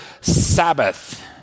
Sabbath